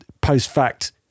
post-fact